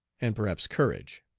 and perhaps courage.